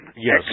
Yes